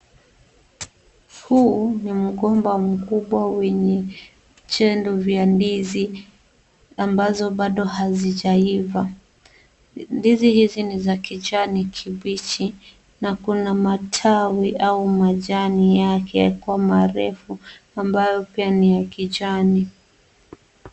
Huu ni mgomba mkubwa wenye chendo vya ndizi ambazo bado hazijaiva. Ndizi hizi ni za kijani kibichi na kuna matawi au majani yake kwa marefu ambayo pia ni ya kijani.